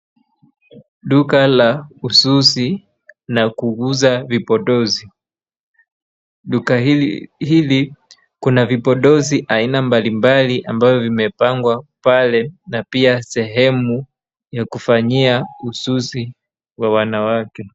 Duka la ususi na kuuza vipodozi, duka hili kuna vipodozi aina mbalimbali ambayo vimepangwa pale na pia sehemu ya kufanyia ususi wa wanawake.